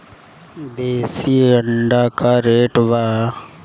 देशी अंडा का रेट बा?